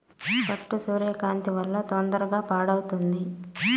పట్టు సూర్యకాంతి వలన తొందరగా పాడవుతుంది